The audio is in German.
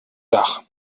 dach